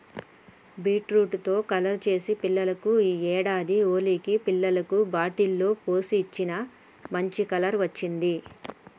beetroot తో colour చేసి పిల్లలకు ఈ ఏడాది హోలికి పిల్లలకు బాటిల్ లో పోసి ఇచ్చిన, మంచి కలర్ వచ్చింది